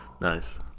nice